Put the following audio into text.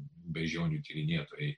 beždžionių tyrinėtojai